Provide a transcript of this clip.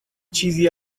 چیزی